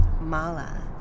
Mala